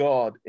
God